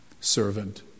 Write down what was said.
servant